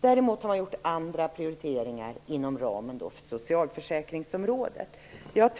Däremot har vi gjort andra prioriteringar inom ramen för socialförsäkringsområdet.